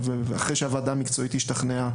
אחרי שהוועדה המקצועית השתכנעה